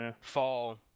fall